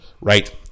Right